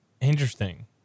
Interesting